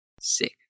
Sick